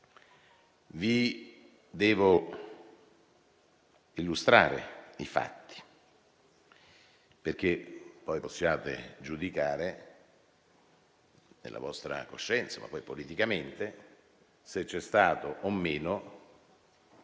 Vi devo illustrare i fatti, perché poi possiate giudicare, nella vostra coscienza e politicamente, se c'è stato o meno interesse,